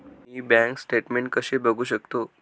मी bank statement कसे बघू शकतो?